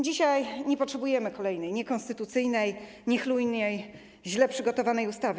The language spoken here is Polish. Dzisiaj nie potrzebujemy kolejnej niekonstytucyjnej, niechlujnej, źle przygotowanej ustawy.